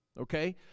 okay